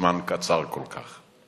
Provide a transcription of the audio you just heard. בזמן קצר כל כך.